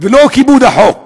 ולא לכיבוד החוק.